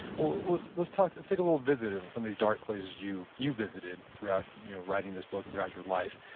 well let's let's talk, let's take a little visit of some of these places you you visited throughout you know writing this book and throughout your life.